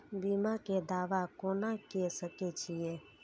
बीमा के दावा कोना के सके छिऐ?